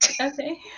Okay